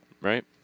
right